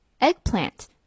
eggplant